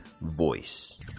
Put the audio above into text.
Voice